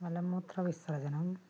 മലമൂത്ര വിസർജ്ജനം